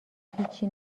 هیچی